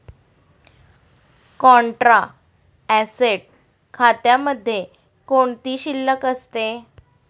Contra asset खात्यामध्ये कोणती शिल्लक असते?